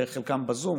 חלקן בזום,